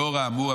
לאור האמור,